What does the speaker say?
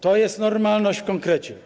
To jest normalność w konkrecie.